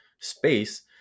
space